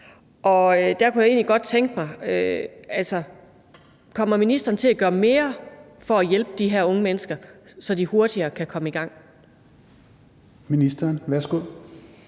Og der kunne jeg egentlig godt tænke mig at spørge: Kommer ministeren til at gøre mere for at hjælpe de her unge mennesker, så de hurtigere kan komme i gang? Kl. 16:07 Tredje